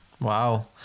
wow